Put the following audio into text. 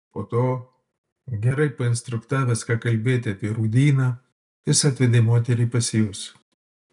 po to gerai painstruktavęs ką kalbėti apie rūdyną jis atvedė moterį pas jus